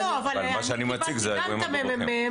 מה שאני מציג --- אני קיבלתי גם את דוח הממ"מ,